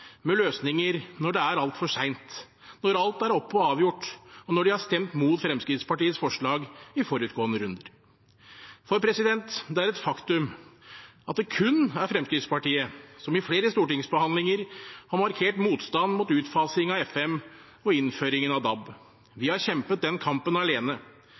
med løsninger når det er altfor sent, når alt er opp- og avgjort – og når de har stemt imot Fremskrittspartiets forslag i forutgående runder. Det er et faktum at det kun er Fremskrittspartiet som i flere stortingsbehandlinger har markert motstand mot utfasingen av FM og innføringen av DAB. Vi har kjempet den kampen alene.